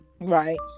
Right